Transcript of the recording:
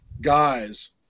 guys